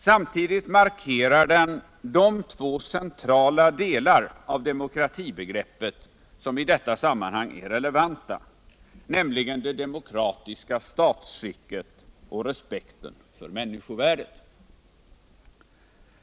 Samtidigt markerar den de två centrala delar av demokratibegreppet som i detta sammanhang är relevanta, nämligen det demokratiska statsskicket och respekten för människovärdet.